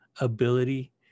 ability